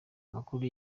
amakuru